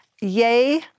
Yay